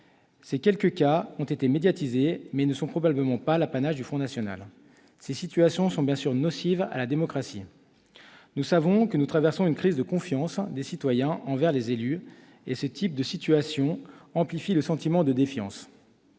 Ces quelques cas ont été médiatisés, mais ils ne sont probablement pas l'apanage du Front national. Ces situations sont bien sûr nocives pour la démocratie. Nous savons que nous traversons une crise de confiance des citoyens envers les élus, et ce type de situation amplifie le sentiment de défiance.